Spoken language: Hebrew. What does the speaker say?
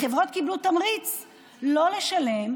החברות קיבלו תמריץ לא לשלם,